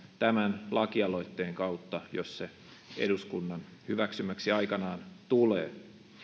tämän lakialoitteen kautta jos se eduskunnan hyväksymäksi aikanaan tulee